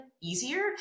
easier